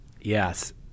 Yes